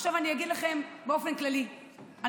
עכשיו אני אגיד לכם באופן כללי מה